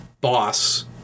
boss